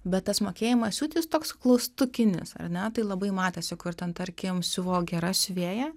bet tas mokėjimas siūt jis toks klaustukinis ar ne tai labai matėsi kur ten tarkim siuvo gera siuvėja